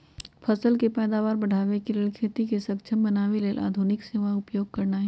फसल के पैदावार बढ़ाबे लेल आ खेती के सक्षम बनावे लेल आधुनिक सेवा उपयोग करनाइ